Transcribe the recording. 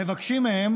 מבקשים מהם